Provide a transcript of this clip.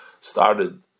started